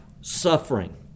suffering